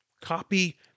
Copy